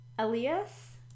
Elias